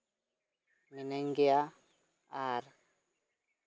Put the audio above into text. ᱢᱤᱱᱟᱹᱧ ᱜᱮᱭᱟ ᱟᱨ